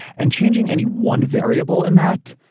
and changing any one variable in that,